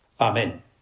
Amen